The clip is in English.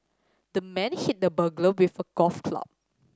the man hit the burglar with a golf club